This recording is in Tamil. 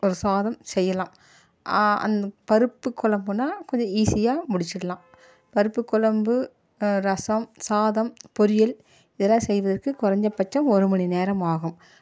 ஒரு சாதம் செய்யலாம் அந்த பருப்புக் குழம்புனா கொஞ்சம் ஈஸியாக முடிச்சிடலாம் பருப்புக் குழம்பு ரசம் சாதம் பொரியல் இதெல்லாம் செய்ததற்கு குறைஞ்சபட்சம் ஒரு மணி நேரம் ஆகும்